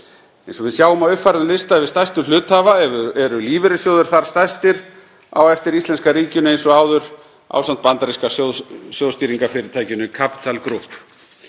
Eins og við sjáum á uppfærðum lista yfir stærstu hluthafa eru lífeyrissjóðir þar stærstir á eftir íslenska ríkinu eins og áður ásamt bandaríska sjóðstýringarfyrirtækinu Capital Group.